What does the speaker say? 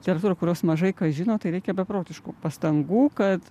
literatūrą kurios mažai kas žino tai reikia beprotiškų pastangų kad